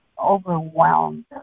overwhelmed